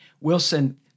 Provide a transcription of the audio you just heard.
Wilson